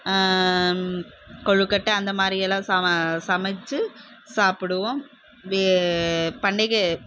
கொழுக்கட்டை அந்த மாதிரி எல்லாம் சமைச்சு சாப்பிடுவோம் பண்டிகை